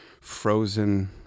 frozen